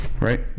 Right